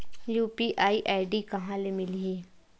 UPI ID कहां ले मिलही?